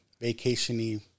vacation-y